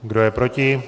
Kdo je proti?